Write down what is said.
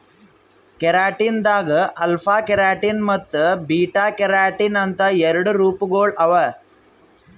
keratin ದಾಗ್ alpha keratin ಮತ್ತ್ beta keratin ಅಂತ್ ಎರಡು ರೂಪಗೊಳ್ ಅವಾ